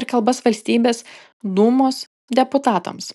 ir kalbas valstybės dūmos deputatams